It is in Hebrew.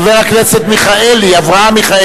אני מזמין את חבר הכנסת אברהם מיכאלי.